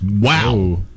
Wow